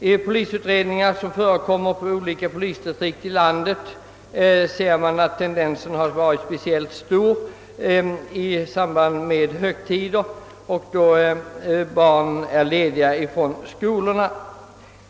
Av de polisutredningar som gjorts inom olika polisdistrikt i landet framgår, att sådana här olyckor förekommer i särskilt stor utsträckning i samband med högtider och då barnen är lediga från skolan.